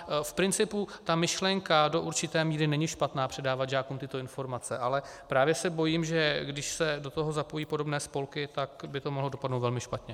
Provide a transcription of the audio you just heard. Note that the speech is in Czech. V principu ta myšlenka do určité míry není špatná, předávat žákům tyto informace, ale právě se bojím, že když se do toho zapojí podobné spolky, mohlo by to dopadnout velmi špatně.